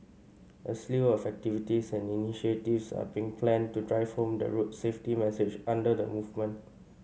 a slew of activities and initiatives are being planned to drive home the road safety message under the movement